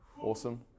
Awesome